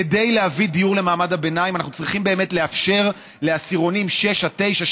כדי להביא דיור למעמד הביניים אנחנו צריכים באמת לאפשר לעשירונים 6 9,